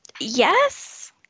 yes